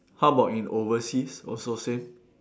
how about in overseas also same